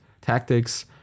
tactics